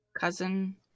cousin